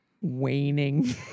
waning